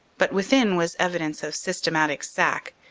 but within was evidence of systematic sack,